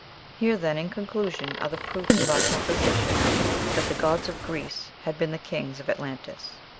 here then, in conclusion, are the proofs of our proposition that the gods of greece had been the kings of atlantis